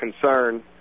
concern